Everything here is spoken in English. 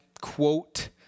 quote